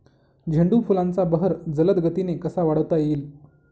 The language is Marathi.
झेंडू फुलांचा बहर जलद गतीने कसा वाढवता येईल?